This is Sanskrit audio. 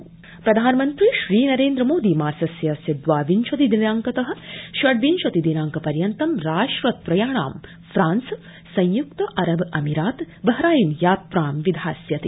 प्रधानमन्त्री प्रधानमन्त्री श्रीनरेन्द्रमोदी मासस्यास्य दवाविंशतिदिनांकत षडविंशति दिनांक पर्यन्तं राष्ट्र त्रयाणां फ्रांस संयुक्त अरब अमीरात बहराइन यात्रां विधास्यति